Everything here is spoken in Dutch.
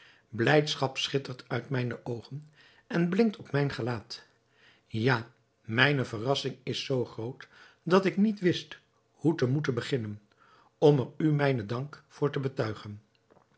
blijdschap schittert uit mijne oogen en blinkt op mijn gelaat ja mijne verrassing is zoo groot dat ik niet wist hoe te moeten beginnen om er u mijnen dank voor te betuigen